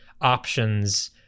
options